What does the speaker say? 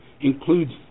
includes